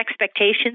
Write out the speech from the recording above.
expectations